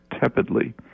tepidly